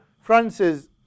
Francis